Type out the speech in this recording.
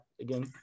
again